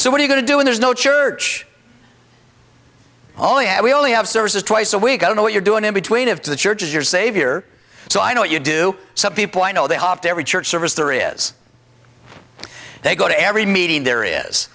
so what are you going to do when there's no church oh yeah we only have services twice a week i don't know what you're doing in between if the church is your savior so i know you do some people i know they have every church service there is they go to every meeting there is